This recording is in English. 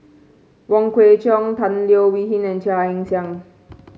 Wong Kwei Cheong Tan Leo Wee Hin and Chia Ann Siang